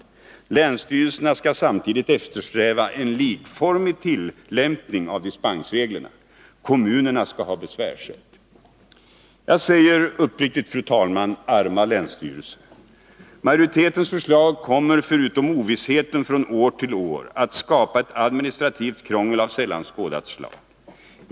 Länsstyrelserna skall samtidigt eftersträva en likformig tillämpning av dispensreglerna. Kommunerna skall ha besvärsrätt. Jag säger uppriktigt: Arma länsstyrelser! Majoritetens förslag kommer, förutom den ovisshet från år till år som det innebär, att skapa ett administrativt krångel av sällan skådat slag.